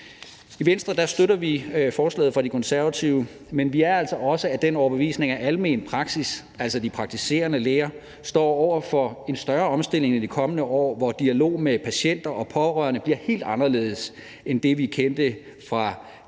I Venstre støtter vi forslaget fra De Konservative, men vi er altså også af den overbevisning, at almen praksis, altså de praktiserende læger, står over for en større omstilling i de kommende år, hvor dialog med patienter og pårørende bliver helt anderledes end det, vi kendte, fra dengang,